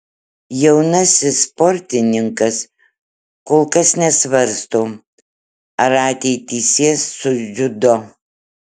jaunasis sportininkas kol kas nesvarsto ar ateitį sies su dziudo